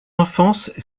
enfance